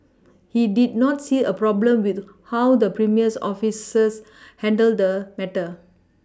he did not see a problem with how the premier's officers handled the matter